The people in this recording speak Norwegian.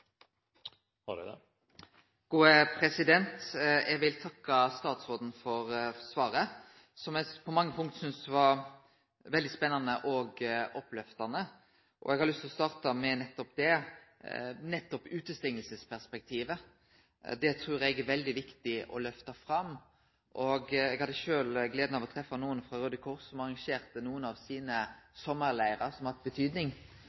Eg vil takke statsråden for svaret, som eg på mange punkt synest var veldig spennande og opplyftande. Eg har lyst til å starte med nettopp utestengingsperspektivet. Det trur eg er veldig viktig å lyfte fram. Eg hadde sjølv gleda av å treffe nokre frå Raudekrossen, som har arrangert sommarleirar som har hatt betydning.